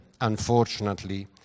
Unfortunately